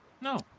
No